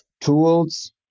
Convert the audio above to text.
tools